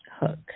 hook